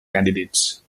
candidates